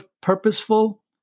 purposeful